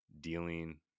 dealing